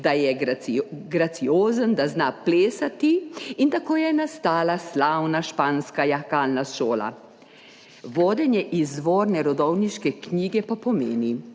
da je graciozen, da zna plesati, in tako je nastala slavna španska jahalna šola. Vodenje izvorne rodovniške knjige pa pomeni,